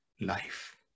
life